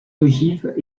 ogives